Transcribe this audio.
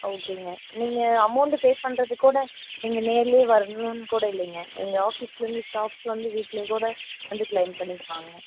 ஓகேங்க நீங்கள் amount pay பண்ணுறது கூட நீங்கள் நேர்ல வரணுன்னு கூட இல்லைங்க எங்கள் ஆஃபீஸ்லருந்து ஸ்டாஃப்ஸ் வந்து வீட்டில கூட வந்து கிளைம் பண்ணிக்குவாங்க